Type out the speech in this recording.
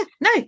no